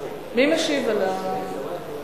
5552 ו-5564.